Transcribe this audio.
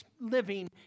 living